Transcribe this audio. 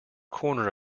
corner